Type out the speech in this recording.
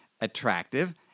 attractive